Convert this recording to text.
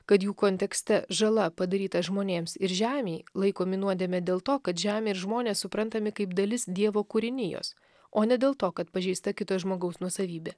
kad jų kontekste žala padaryta žmonėms ir žemei laikomi nuodėme dėl to kad žemė ir žmonės suprantami kaip dalis dievo kūrinijos o ne dėl to kad pažeista kito žmogaus nuosavybė